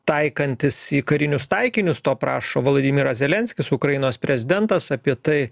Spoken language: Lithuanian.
taikantis į karinius taikinius to prašo vladimiras zelenskis ukrainos prezidentas apie tai